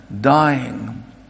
dying